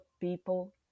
people